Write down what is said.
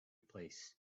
place